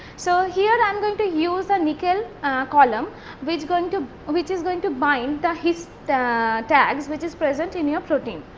so, here am um going to use a nickel column which going to which is going to bind the his tags which is present in your protein.